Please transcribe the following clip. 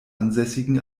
ansässigen